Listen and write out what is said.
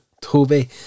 Toby